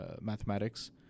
mathematics